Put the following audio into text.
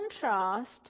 contrast